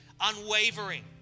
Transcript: unwavering